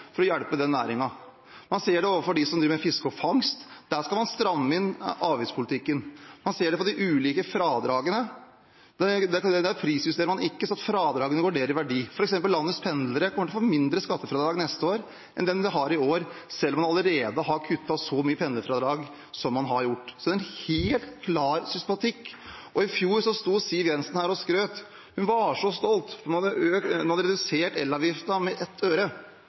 for å hjelpe den næringen. Man ser det overfor dem som driver med fiske og fangst, der skal man stramme inn avgiftspolitikken. Man ser det på de ulike fradragene, der prisjusterer man ikke, så fradragene går ned i verdi. For eksempel kommer landets pendlere til å få mindre skattefradrag neste år enn det de har i år, selv om man allerede har kuttet så mye i pendlerfradraget som man har gjort. Det er en helt klar systematikk. I fjor sto Siv Jensen her og skrøt – hun var så stolt, for hun hadde redusert elavgiften med 1 øre. En avgift som hadde økt med 5 øre i årene før, reduserte hun med 1 øre.